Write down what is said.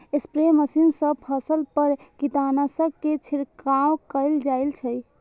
spray machine सं फसल पर कीटनाशक के छिड़काव कैल जाइ छै